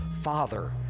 Father